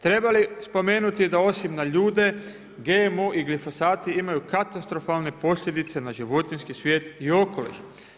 Treba li spomenuti, da osim na ljude, GMO i glifosati imaju katastrofalne posljedice na životinjski svijet i na okoliš.